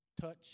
Touch